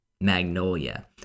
Magnolia